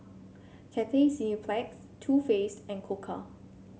Cathay Cineplex Too Faced and Koka